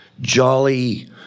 jolly